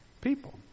people